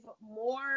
more